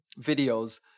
videos